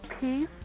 Peace